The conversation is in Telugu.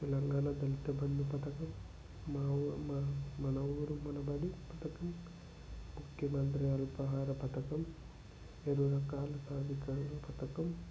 తెలంగాణ దళితబంధు పథకం మా వూ మా మన ఊరు మన బడి పథకం ముఖ్యమంత్రి అల్పహార పథకం ఎరు రకాల సాధికార పథకం